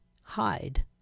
hide